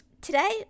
today